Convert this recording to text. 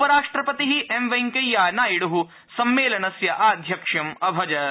उपराष्ट्रपतिः M Venkaiah नायडुः सम्मेलनस्य आध्यक्ष्यम् अभजत्